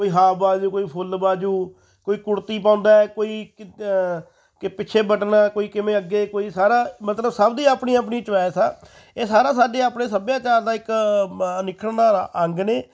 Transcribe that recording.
ਕੋਈ ਹਾਫ ਬਾਜੂ ਕੋਈ ਫੁੱਲ ਬਾਜੂ ਕੋਈ ਕੁੜਤੀ ਪਾਉਂਦਾ ਹੈ ਕੋਈ ਕੀ ਕਿ ਪਿੱਛੇ ਬਟਨ ਆ ਕੋਈ ਕਿਵੇਂ ਅੱਗੇ ਕੋਈ ਸਾਰਾ ਮਤਲਬ ਸਭ ਦੀ ਆਪਣੀ ਆਪਣੀ ਚੋਇਸ ਆ ਇਹ ਸਾਰਾ ਸਾਡੇ ਆਪਣੇ ਸੱਭਿਆਚਾਰ ਦਾ ਇੱਕ ਮ ਅਨਿੱਖੜਵਾਂ ਅੰਗ ਨੇ